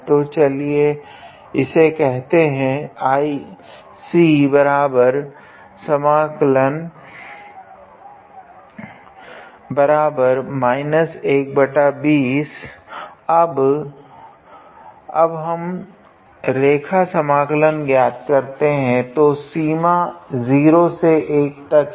तो चलिए इसे कहते है अब हम रेखा समाकलन ज्ञात करते है जहाँ सीमा 0 से 1 तक है